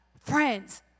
Friends